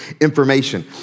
information